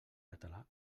català